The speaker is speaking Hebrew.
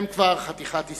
הן כבר חתיכת היסטוריה.